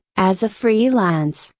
as a free lance,